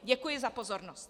Děkuji za pozornost.